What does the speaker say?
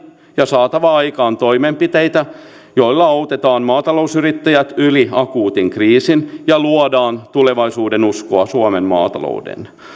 ja saatava aikaan toimenpiteitä joilla autetaan maatalousyrittäjät yli akuutin kriisin ja luodaan tulevaisuudenuskoa suomen maatalouteen